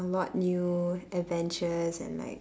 a lot new adventures and like